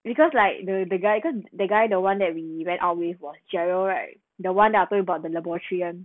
because like the guy cause the guy the one that we went out with what gerald right the [one] after that about the laboratory [one]